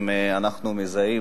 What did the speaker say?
אנחנו מזהים,